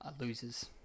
losers